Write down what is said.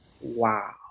wow